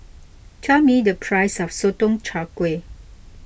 tell me the price of Sotong Char Kway